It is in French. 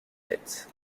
nettes